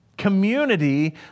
Community